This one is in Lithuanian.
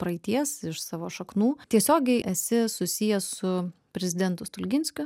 praeities iš savo šaknų tiesiogiai esi susijęs su prezidentu stulginskiu